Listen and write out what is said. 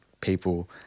people